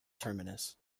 terminus